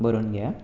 बरोवन घेया